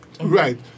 Right